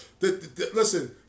Listen